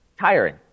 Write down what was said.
tiring